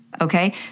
okay